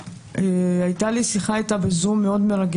הייתה שיחה מרגשת מאוד איתה בזום.